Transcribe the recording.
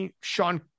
Sean